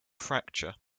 fracture